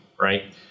right